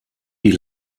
die